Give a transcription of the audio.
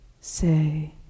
say